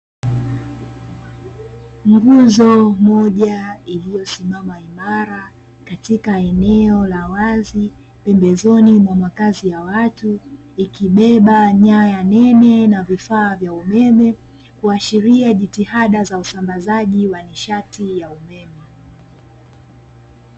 Nguzo moja iliyosimama imara katika eneo la wazi pembezoni mwa makazi ya watu, ikibeba nyaya nene na vifaa vya umeme, kuashiria jitihada za usambazaji wa nishati ya umeme.